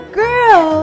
girl